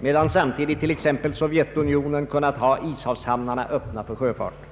medan samtidigt t.ex. Sovjetunionen kunnat ha Ishavshamnarna öppna för sjöfart.